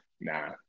Nah